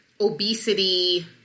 obesity